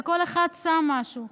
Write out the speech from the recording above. וכל אחד שם משהו.